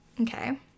okay